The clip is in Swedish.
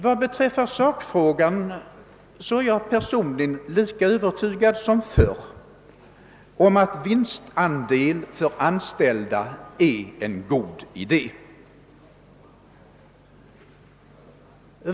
Vad beträffar sakfrågan är jag personligen lika övertygad som förr om att vinstandel för anställda är en god idé.